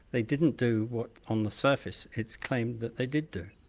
they didn't do what on the surface it's claimed that they did do.